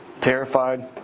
terrified